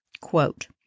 quote